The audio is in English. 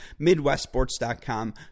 midwestsports.com